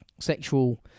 sexual